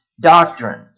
doctrine